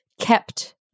kept